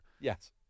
Yes